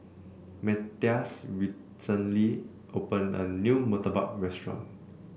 Matthias recently opened a new Murtabak Restaurant